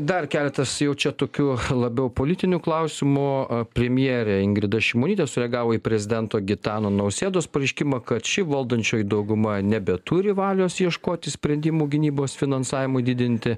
dar keletas jau čia tokių labiau politinių klausimų premjerė ingrida šimonytė sureagavo į prezidento gitano nausėdos pareiškimą kad ši valdančioji dauguma nebeturi valios ieškoti sprendimų gynybos finansavimui didinti